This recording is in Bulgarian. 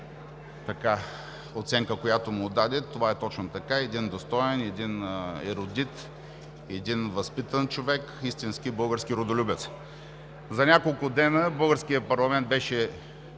оценка, която му даде. Това е точно така – един достоен, един ерудит, един възпитан човек, истински български родолюбец. За няколко дни българският парламент беше